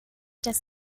das